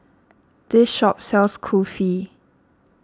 this shop sells Kulfi